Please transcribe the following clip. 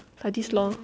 like this loh